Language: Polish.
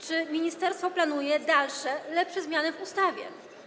Czy ministerstwo planuje dalsze, lepsze zmiany w ustawie?